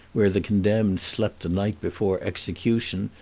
where the condemned slept the night before execution,